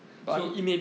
so